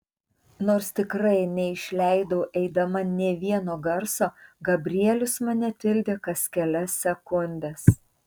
nors tikrai neišleidau eidama nė vieno garso gabrielius mane tildė kas kelias sekundes